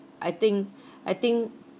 I think I think